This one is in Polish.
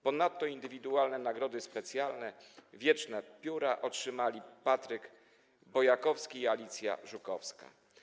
Ponadto indywidualne nagrody specjalne, tj. wieczne pióra, otrzymali: Patryk Bojakowski i Alicja Żuchowska.